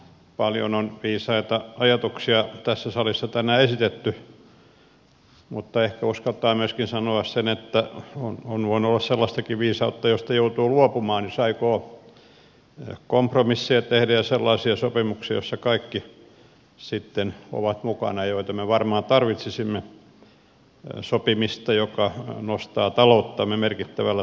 paljon on viisaita ajatuksia tässä salissa tänään esitetty mutta ehkä uskaltaa sanoa myöskin sen että on voinut olla sellaistakin viisautta josta joutuu luopumaan jos aikoo kompromisseja tehdä ja sellaisia sopimuksia joissa kaikki sitten ovat mukana ja joita me varmaan tarvitsisimme sopimista joka nostaa talouttamme merkittävällä tavalla ylös